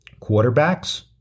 quarterbacks